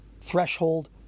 threshold